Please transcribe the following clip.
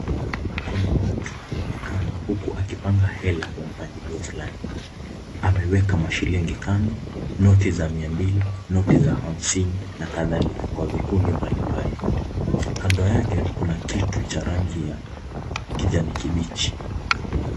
Mkono wa mtu unaonekana huku akipanga hela kwa mpangilio fulani. Ameweka mashilingi kando, noti za 200, za 50 na kadhalika kwa vikundi mbalimbali. Kando yake kuna kitu cha rangi ya kijani kibichi.